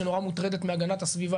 שנורא מוטרדת מהגנת הסביבה,